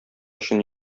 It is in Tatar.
өчен